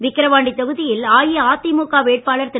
விக்கரவாண்டி தொகுதியில் அஇஅதிமுக வேட்பாளர் திரு